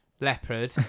Leopard